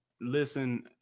listen